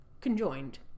conjoined